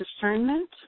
discernment